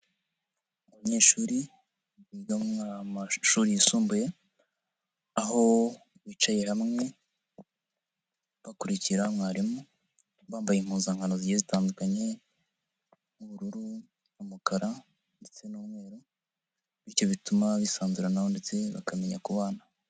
Abanyeshuri biga mu mashuri yisumbuye aho bicaye hamwe bakurikira mwarimu bambaye impuzankano zigiye zitandukanye nk'ubururu n'umukara ndetse n'umweru bityo bituma bisanzuraranaho ndetse bakamenya kubana.